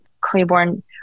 Claiborne